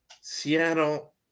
Seattle